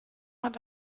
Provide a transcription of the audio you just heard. hat